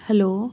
hello